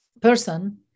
person